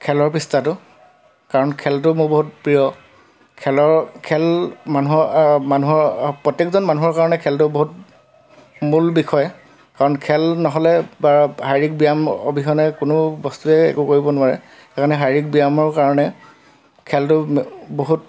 খেলৰ পৃষ্ঠাটো কাৰণ খেলটো মোৰ বহুত প্ৰিয় খেলৰ খেল মানুহৰ মানুহৰ প্ৰত্যেকজন মানুহৰ কাৰণে খেলটো বহুত মূল বিষয় কাৰণ খেল নহ'লে বা শাৰীৰিক ব্যায়াম অবিহনে কোনো বস্তুৱেই একো কৰিব নোৱাৰে সেইকাৰণে শাৰীৰিক ব্যায়ামৰ কাৰণে খেলটো বহুত